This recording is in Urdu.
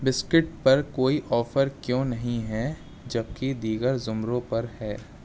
بسکٹ پر کوئی آفر کیوں نہیں ہے جب کہ دیگر زمروں پر ہے